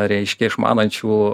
reiškia išmanančių